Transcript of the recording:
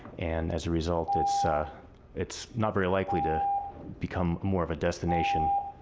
and as a result it's ah it's not very likely to become more of a destination.